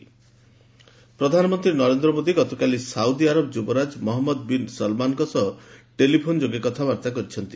PM Saudi Arab ପ୍ରଧାନମନ୍ତ୍ରୀ ନରେନ୍ଦ୍ର ମୋଦି ଗତକାଲି Saudi Arab ଯୁବରାଜ ମହମ୍ମଦ ବିନ୍ ସଲମାନଙ୍କ ସହ ଟେଲିଫୋନ୍ ଯୋଗେ କଥାବାର୍ତ୍ତା କହିଛନ୍ତି